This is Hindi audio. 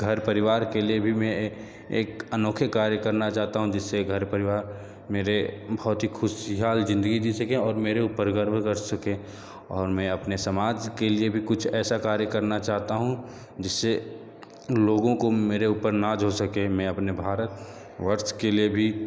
घर परिवार के लिए भी मैं एक अनोखे कार्य करना चाहता हूँ जिससे घर परिवार मेरे बहुत ही खुशहाल ज़िंदगी जी सके और मेरे ऊपर गर्व कर सकें और मैं अपने समाज के लिए भी कुछ ऐसा कार्य करना चाहता हूँ जिससे लोगों को मेरे ऊपर नाज़ हो सके मैं अपने भारतवर्ष के लिए भी